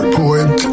poet